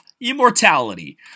immortality